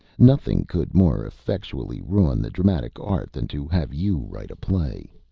nothing could more effectually ruin the dramatic art than to have you write a play.